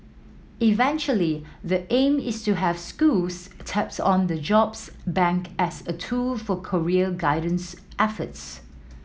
eventually the aim is to have schools taps on the jobs bank as a tool for career guidance efforts